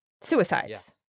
suicides